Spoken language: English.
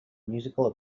musical